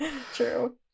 True